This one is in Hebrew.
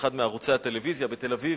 באחד מערוצי הטלוויזיה בתל-אביב.